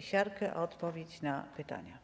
Siarkę o odpowiedź na pytania.